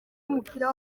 w’umupira